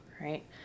right